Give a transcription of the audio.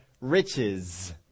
riches